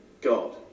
God